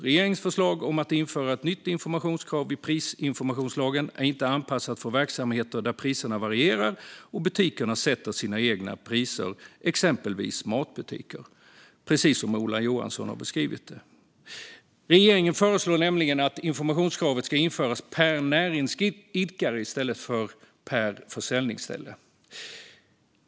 Regeringens förslag om att införa ett nytt informationskrav i prisinformationslagen är inte anpassat för verksamheter där priserna varierar och butikerna sätter sina egna priser, exempelvis matbutiker - precis som Ola Johansson har beskrivit. Regeringen föreslår nämligen att informationskravet ska införas per näringsidkare i stället för per försäljningsställe.